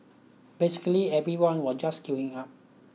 basically everyone was just queuing up